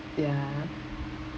ya